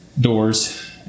doors